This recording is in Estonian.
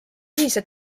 ühise